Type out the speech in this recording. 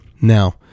Now